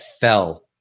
fell